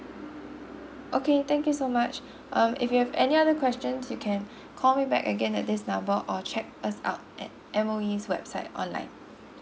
okay thank you so much um if you have any other questions you can call me back again at this number or check us out at M_O_E website online